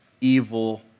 evil